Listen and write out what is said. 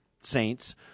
Saints